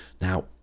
Now